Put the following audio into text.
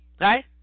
right